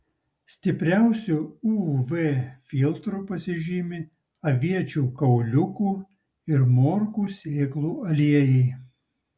stipriausiu uv filtru pasižymi aviečių kauliukų ir morkų sėklų aliejai